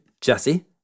Jesse